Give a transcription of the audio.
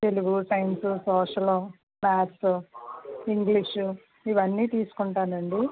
Telugu science social maths English ఇవన్నీ తీసుకుంటానండి